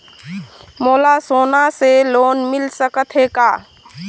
मोला सोना से लोन मिल सकत हे का?